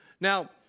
Now